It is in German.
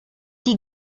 die